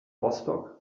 rostock